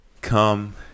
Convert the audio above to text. come